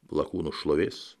lakūnų šlovės